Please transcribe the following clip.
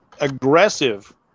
aggressive